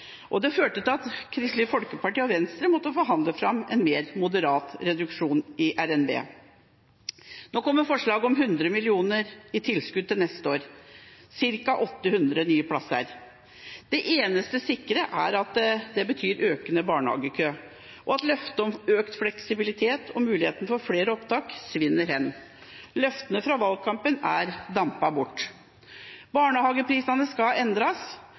Og det førte til at Kristelig Folkeparti og Venstre måtte forhandle fram en mer moderat reduksjon i revidert nasjonalbudsjett. Nå kommer forslag om 100 mill. kr i tilskudd til neste år – ca. 800 nye plasser. Det eneste sikre er at det betyr økende barnehagekø, og at løftet om økt fleksibilitet og muligheten for flere opptak svinner hen. Løftene fra valgkampen er dampet bort. Barnehageprisene skal endres.